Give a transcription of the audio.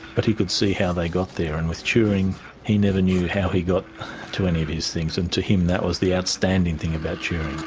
but he could see how they got there. and with turing he never knew how he got to any of his things, and to him that was the outstanding thing about yeah